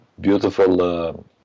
beautiful